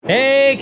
Hey